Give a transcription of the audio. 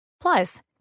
Plus